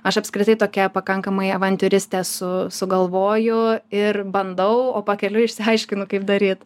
aš apskritai tokia pakankamai avantiūristė esu sugalvoju ir bandau o pakeliui išsiaiškinu kaip daryt